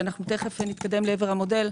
שתכף נתקדם לעבר המודל,